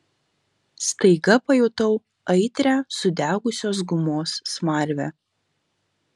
staiga pajutau aitrią sudegusios gumos smarvę